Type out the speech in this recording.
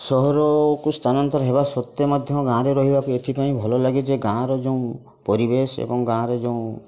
ସହରକୁ ସ୍ଥାନାନ୍ତର ହେବା ସତ୍ତ୍ୱେ ମଧ୍ୟ ଗାଁରେ ରହିବାକୁ ଏଥିପାଇଁ ଭଲଲାଗେ ଯେ ଗାଁର ଯେଉଁ ପରିବେଶ ଏବଂ ଗାଁରେ ଯେଉଁ